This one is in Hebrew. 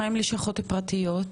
מה עם הלשכות הפרטיות?